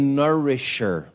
nourisher